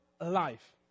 life